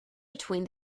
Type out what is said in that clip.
between